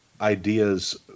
ideas